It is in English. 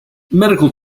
medical